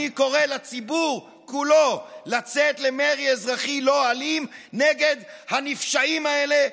אני קורא לציבור כולו לצאת למרי אזרחי לא אלים נגד הנפשעים האלה,